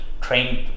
trained